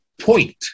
point